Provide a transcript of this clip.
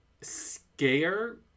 scare